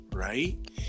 right